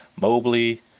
Mobley